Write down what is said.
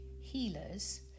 healers